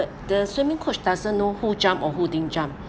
the swimming coach doesn't know who jump or who didn't jump